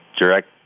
direct